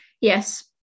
yes